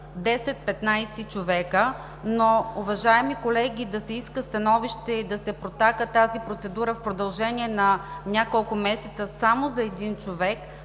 10 – 15 човека, но, уважаеми колеги, да се иска становище и да се протака тази процедура в продължение на няколко месеца само за един човек,